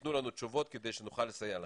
ויתנו לנו תשובות כדי שנוכל לסייע לחיילים,